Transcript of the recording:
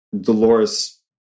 Dolores